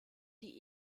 die